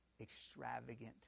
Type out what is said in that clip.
extravagant